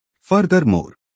Furthermore